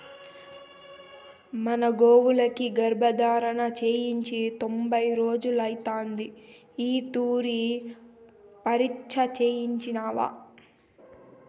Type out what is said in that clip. మన గోవులకి గర్భధారణ చేయించి తొంభై రోజులైతాంది ఓ తూరి పరీచ్ఛ చేయించినావా